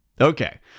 Okay